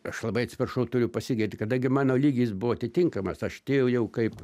aš labai atsiprašau turiu pasigirti kadangi mano lygis buvo atitinkamas aš atėjau jau kaip